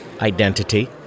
identity